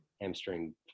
hamstring